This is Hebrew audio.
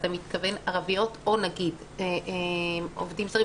אתה מתכוון ערביות או נגיד עובדים זרים,